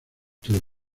club